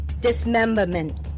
dismemberment